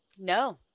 no